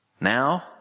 now